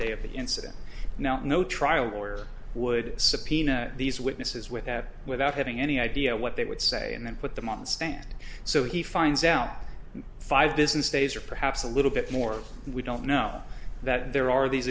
day of the incident now try no i a lawyer would subpoena these witnesses without without having any idea what they would say and then put them on stand so he finds out in five business days or perhaps a little bit more we don't know that there are these